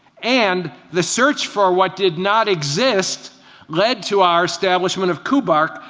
and the search for what did not exist led to our establishment of coobar,